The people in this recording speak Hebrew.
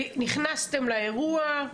נכנסתם לאירוע.